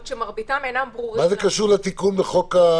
כאשר מרביתם אינם ברורים לנו --- מה זה קשור לתיקון הזה?